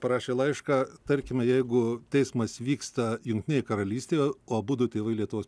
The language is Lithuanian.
parašė laišką tarkime jeigu teismas vyksta jungtinėj karalystėj o abudu tėvai lietuvos